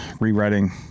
rewriting